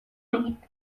acolorit